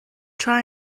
tra